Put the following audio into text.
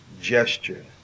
gesture